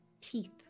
teeth